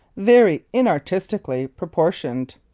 very inartistically, proportioned.